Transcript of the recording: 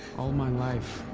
all my life,